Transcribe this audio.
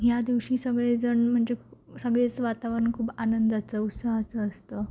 ह्या दिवशी सगळेजण म्हणजे सगळे असं वातावरण खूप आनंदाचं उत्साहाचं असतं